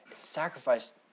sacrifice